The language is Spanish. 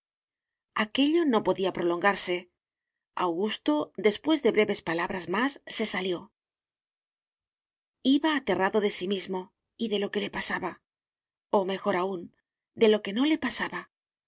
aquello no podía prolongarse augusto después de breves palabras más se salió iba aterrado de sí mismo y de lo que le pasaba o mejor aún de lo que no le pasaba